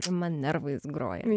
su nervais groja